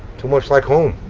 too much like home,